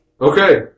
Okay